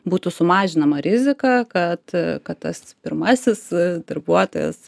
būtų sumažinama rizika kad kad tas pirmasis darbuotojas